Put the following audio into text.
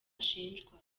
ashinjwa